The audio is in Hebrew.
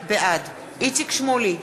בעד איציק שמולי,